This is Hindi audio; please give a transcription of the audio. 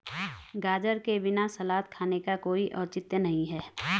गाजर के बिना सलाद खाने का कोई औचित्य नहीं है